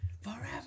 Forever